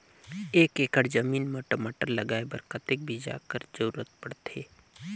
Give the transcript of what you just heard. एक एकड़ जमीन म टमाटर लगाय बर कतेक बीजा कर जरूरत पड़थे?